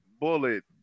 bullet